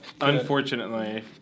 unfortunately